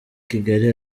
kigali